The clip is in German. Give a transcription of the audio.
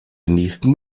nächsten